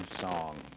song